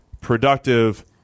productive